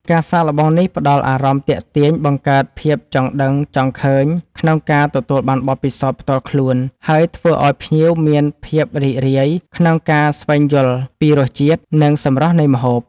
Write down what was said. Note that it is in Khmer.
ការសាកល្បងនេះផ្តល់អារម្មណ៍ទាក់ទាញ បង្កើតភាពចង់ដឹងចង់ឃើញក្នុងការទទួលបានបទពិសោធន៍ផ្ទាល់ខ្លួន ហើយធ្វើឲ្យភ្ញៀវមានភាពរីករាយក្នុងការស្វែងយល់ពីរសជាតិ និងសម្រស់នៃម្ហូប។